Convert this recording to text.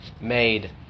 made